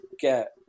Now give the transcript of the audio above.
get